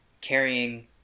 carrying